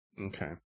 okay